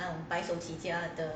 白手起家的